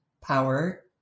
power